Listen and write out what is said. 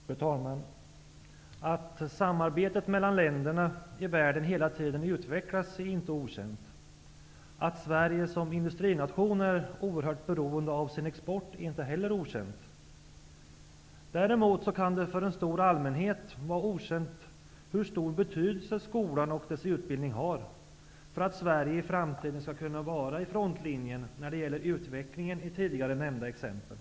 Fru talman! Att samarbetet mellan länderna i världen hela tiden utvecklas är inte okänt. Att Sverige som industrination är oerhört beroende av sin export är inte heller okänt. Däremot kan det för en stor allmänhet vara okänt hur stor betydelse skolan och dess utbildning har för att Sverige i framtiden skall kunna vara i frontlinjen när det gäller utvecklingen i tidigare nämnda exempel.